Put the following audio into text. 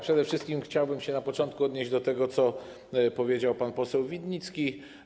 Przede wszystkim chciałbym na początku odnieść się do tego, co powiedział pan poseł Winnicki.